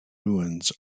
ruins